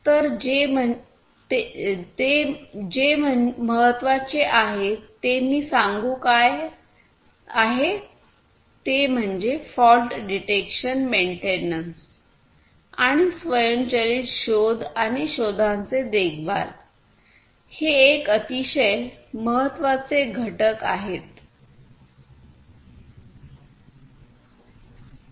तर जे महत्त्वाचे आहे ते मी सांगू काय आहे ते म्हणजे फॉल्ट डिटेक्शन मेंटेनन्स आणि स्वयंचलित शोध आणि दोषांचे देखभाल हे एक अतिशय महत्त्वाचे घटक आहेत